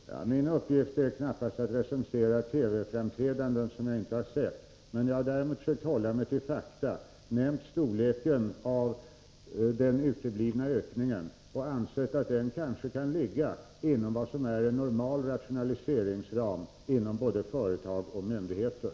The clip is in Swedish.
Herr talman! Min uppgift är knappast att recensera TV-framträdanden som jag inte har sett. Jag har däremot sökt hålla mig till fakta, nämnt storleken av den uteblivna ökningen och ansett att den kanske kan ligga inom vad som är normal rationaliseringsram inom både företag och myndigheter.